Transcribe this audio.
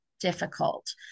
difficult